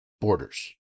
borders